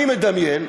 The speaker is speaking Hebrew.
אני מדמיין,